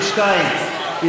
אנחנו